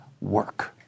work